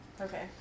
Okay